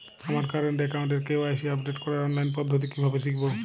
আমার কারেন্ট অ্যাকাউন্টের KYC update করার অনলাইন পদ্ধতি কীভাবে শিখব?